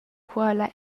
quella